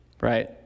right